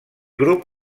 grup